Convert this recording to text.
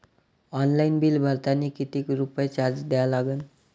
Online bill भरतानी कितीक रुपये चार्ज द्या लागन?